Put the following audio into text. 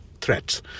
threats